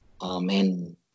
amen